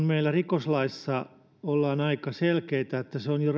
meillä rikoslaissa ollaan aika selkeitä siinä että rangaistusperuste on jo